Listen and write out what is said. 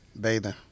Bathing